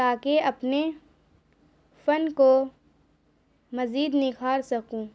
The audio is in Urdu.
تاکہ اپنے فن کو مزید نکھار سکوں